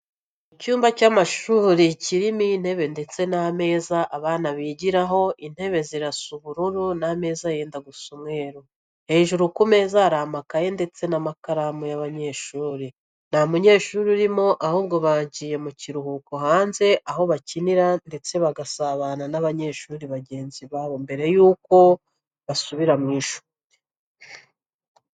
Icyumba cy'amashuri, kirimo intebe ndetse n'ameza abana bigiraho, intebe zirasa ubururu, n'ameza yenda gusa umweru, hejuru ku meza hari amakayi ndetse n'amakaramu y'abanyeshuri. Nta munyeshuri urimo, ahubwo bagiye mukiruhuko hanze, aho bakinira, ndetse bagasabana n'abanyeshuri bagenzi babo, mbere yuko basubira mu ishuri.